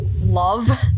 Love